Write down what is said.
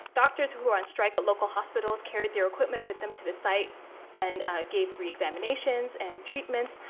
doctors who were on strike at local hospitals carried their equipment with them to the site and gave free examinations and treatments.